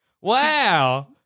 Wow